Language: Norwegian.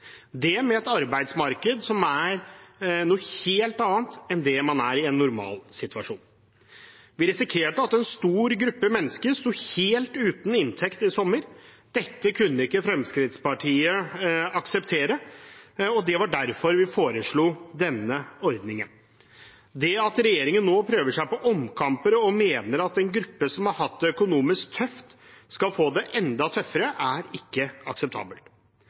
det i et arbeidsmarked som er noe helt annet enn det det er i en normalsituasjon. Vi risikerte at en stor gruppe mennesker sto helt uten inntekt i sommer. Dette kunne ikke Fremskrittspartiet akseptere, og det var derfor vi foreslo denne ordningen. Det at regjeringen nå prøver seg på omkamper og mener at en gruppe som har hatt det tøft økonomisk, skal få det enda tøffere, er ikke akseptabelt.